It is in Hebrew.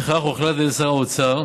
לפיכך, הוחלט על ידי שר האוצר